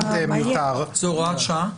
זה הוראת שעה?